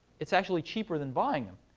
it's actually cheaper than buying them.